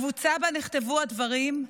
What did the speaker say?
הקבוצה שבה נכתבו הדברים,